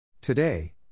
Today